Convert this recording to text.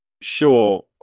Sure